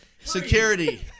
Security